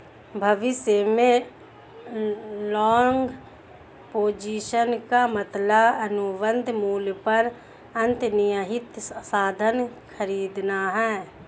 भविष्य में long position का मतलब अनुबंध मूल्य पर अंतर्निहित साधन खरीदना है